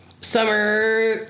Summer